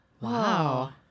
Wow